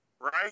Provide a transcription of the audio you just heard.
Right